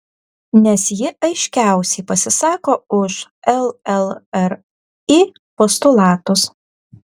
nes ji aiškiausiai pasisako už llri postulatus